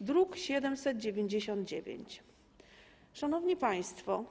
druk nr 799. Szanowni Państwo!